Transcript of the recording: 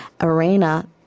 Arena